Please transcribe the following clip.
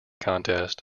contest